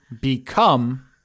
become